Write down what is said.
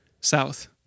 south